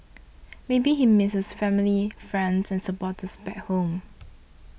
maybe he misses his family friends and supporters back home